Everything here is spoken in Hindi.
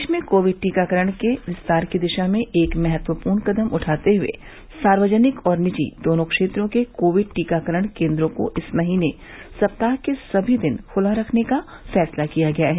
देश में कोविड टीकाकरणके विस्तार की दिशा में एक महत्वपूर्ण कदम उठाते हुए केन्द्र ने सार्वजनिक और निजी दोनों क्षेत्रों के कोविड टीकाकरण केंदों को इस महीने सप्ताह के सभी दिन खुला रखनेका फैसला किया है